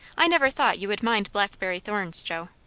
i never thought you would mind blackberry thorns, joe.